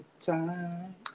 time